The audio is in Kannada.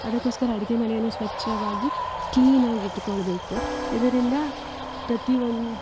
ಅದಕ್ಕೊಸ್ಕರ ಅಡುಗೆ ಮನೆಯನ್ನು ಸ್ವಚ್ಚವಾಗಿ ಕ್ಲೀನಾಗಿಟ್ಕೊಳ್ಳಬೇಕು ಇದರಿಂದ ಪ್ರತಿ ಒಂದು